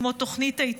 כמו תוכנית ההתנתקות,